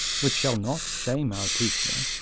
which shall not shame our teacher.